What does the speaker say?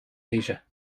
asia